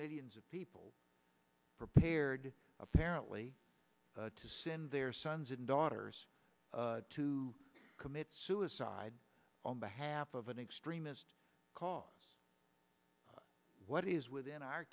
millions of people prepared apparently to send their sons and daughters to commit suicide on behalf of an extremist cause what is within our